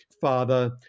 father